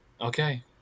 Okay